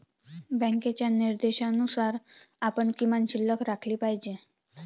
बँकेच्या निर्देशानुसार आपण किमान शिल्लक राखली पाहिजे